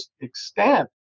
extent